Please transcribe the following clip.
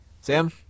Sam